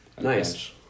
nice